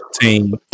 team